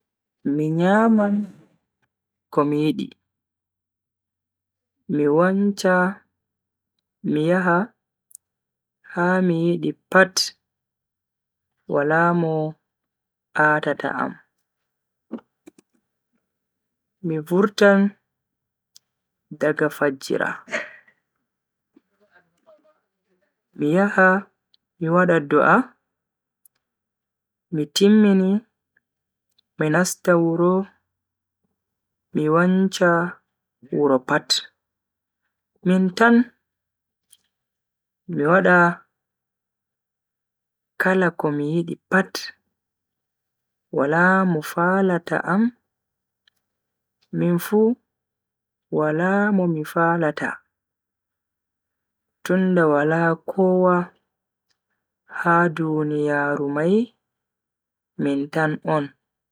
Mi nyaman komi yidi, mi wancha mi yaha ha mi yidi pat wala mo a'tata am. Mi vurtan daga fajjira, mi yaha mi wada du'a, mi timmini, mi nasta wuro mi wancha wuro pat min tan mi wada kala komi yidi pat wala mo falata am minfu Wala Mo MI falata tunda Wala kowa ha duniyaaru mai min tan on.